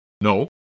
No